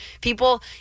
people